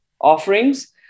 offerings